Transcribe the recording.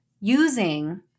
using